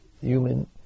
human